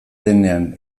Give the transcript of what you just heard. denean